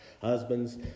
Husbands